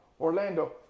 Orlando